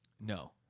no